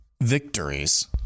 victories